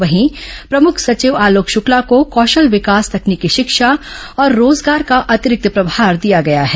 वहीं प्रमुख सचिव आलोक शुक्ला को कौशल विकास तकनीकी शिक्षा और रोजगार का अतिरिक्त प्रभार दिया गया है